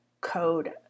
code